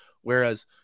Whereas